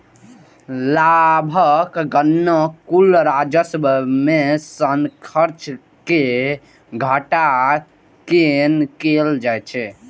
लाभक गणना कुल राजस्व मे सं खर्च कें घटा कें कैल जाइ छै